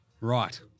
Right